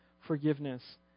forgiveness